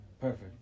Perfect